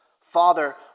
Father